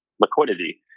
liquidity